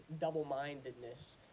double-mindedness